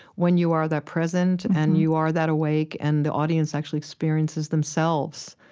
when you are that present and you are that awake and the audience actually experiences themselves,